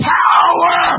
power